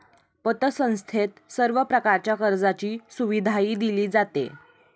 पतसंस्थेत सर्व प्रकारच्या कर्जाची सुविधाही दिली जाते